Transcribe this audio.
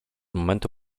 momentu